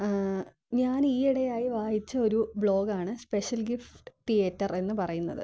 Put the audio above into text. ഞാനീയിടെയായി വായിച്ച ഒരു ബ്ലോഗാണ് സ്പെഷൽ ഗിഫ്റ്റ് തിയേറ്റർ എന്നു പറയുന്നത്